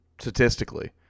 Statistically